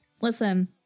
listen